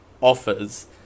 offers